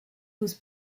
was